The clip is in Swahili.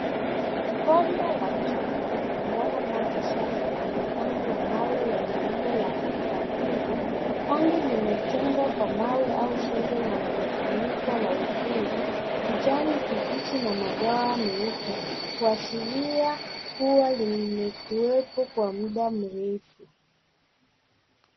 Bomba la chuma likimwaga maji safi kwenye tangi la mawe lenye umbo la mstatili. Tangi limejengwa kwa mawe au zege na limefunikwa kwa ukungu, kijani kibichi na madoa meupe, kuashiria kuwa limekuwepo kwa muda mrefu.